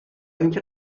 اینکه